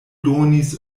donis